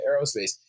aerospace